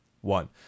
one